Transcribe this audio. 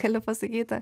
galiu pasakyti